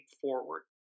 forward